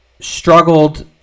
struggled